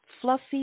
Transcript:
fluffy